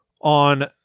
on